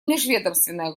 межведомственная